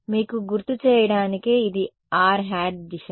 మీకు గుర్తు చేయడానికే ఇది r దిశ